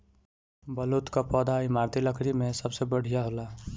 बलूत कअ पौधा इमारती लकड़ी में सबसे बढ़िया होला